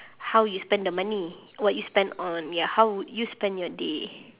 how you spend the money what you spend on ya how would you spend your day